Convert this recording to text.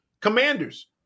Commanders